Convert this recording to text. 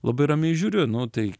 labai ramiai žiūriu nu tai